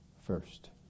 first